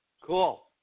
Cool